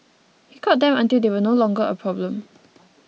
he caught them until they were no longer a problem